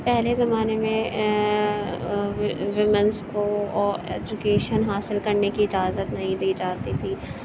پہلے زمانے میں ویمنس کو ایجوکیشن حاصل کرنے کی اجازت نہیں دی جاتی تھی